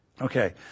Okay